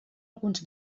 alguns